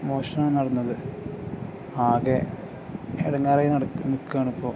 മോഷണം നടന്നത് ആകെ ഇടങ്ങേറായി നിൽക്കുകയാണ് ഇപ്പോൾ